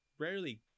rarely